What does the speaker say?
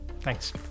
thanks